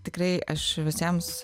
tikrai aš visiems